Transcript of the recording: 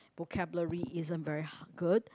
vocabulary isn't very ha~ good